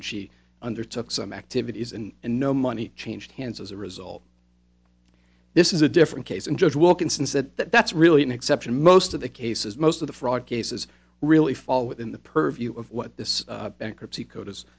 and she undertook some activities and no money changed hands as a result this is a different case and judge wilkinson said that that's really an exception most of the cases most of the fraud cases really fall within the purview of what this bankruptcy code is